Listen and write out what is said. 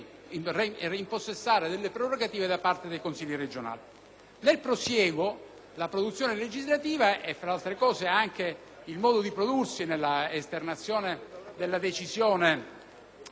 Nel prosieguo, la produzione legislativa e anche il modo di prodursi nell'esternazione della decisione rispetto alla scelta dei propri rappresentanti, ha